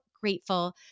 grateful